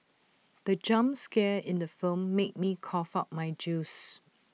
the jump scare in the film made me cough out my juice